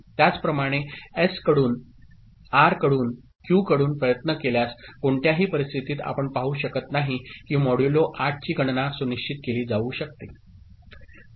त्याचप्रमाणे एस कडून आर कडून क्यू कडून प्रयत्न केल्यास कोणत्याही परिस्थितीत आपण पाहू शकत नाही की मॉड्युलो 8 ची गणना सुनिश्चित केली जाऊ शकते